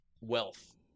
wealth